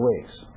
weeks